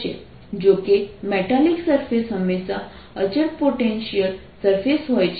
જો કે metallic surface હંમેશાં અચળ પોટેન્ટિઅલ સરફેસ હોય છે